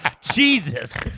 Jesus